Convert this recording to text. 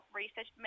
research